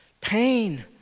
pain